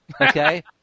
okay